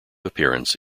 appearance